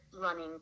running